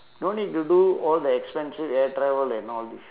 no need to do all the expensive air travel and all this